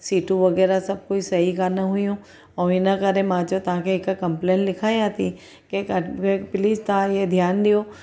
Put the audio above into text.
सीटूं वग़ैरह सभ को सही कान हुयूं ऐं इनकरे मां चयो तव्हांखे हिकु कंप्लेंट लिखायां थी की घटि में घटि प्लीज़ तव्हां ईअं ध्यानु ॾियो